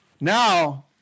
Now